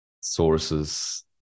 sources